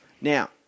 Now